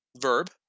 verb